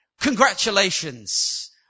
Congratulations